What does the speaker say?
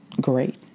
Great